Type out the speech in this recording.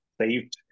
saved